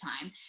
time